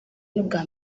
n’ubwa